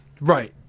Right